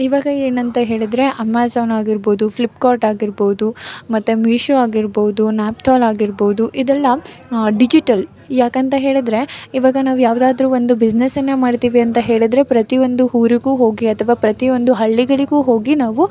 ಈವಾಗ ಏನಂತ ಹೇಳಿದರೆ ಆಮೆಝಾನ್ ಆಗಿರ್ಬೋದು ಫ್ಲಿಪ್ಕಾರ್ಟ್ ಆಗಿರ್ಬೌದು ಮತ್ತು ಮೀಶೋ ಆಗಿರ್ಬೌದು ನ್ಯಾಪ್ತಾಲ್ ಆಗಿರ್ಬೌದು ಇದೆಲ್ಲ ಡಿಜಿಟಲ್ ಯಾಕಂತ ಹೇಳಿದರೆ ಈವಾಗ ನಾವು ಯಾವ್ದಾದ್ರೂ ಒಂದು ಬಿಸ್ನೆಸನ್ನು ಮಾಡ್ತೀವಿ ಅಂತ ಹೇಳಿದರೆ ಪ್ರತಿಯೊಂದು ಊರಿಗೂ ಹೋಗಿ ಅಥವಾ ಪ್ರತಿಯೊಂದು ಹಳ್ಳಿಗಳಿಗೂ ಹೋಗಿ ನಾವು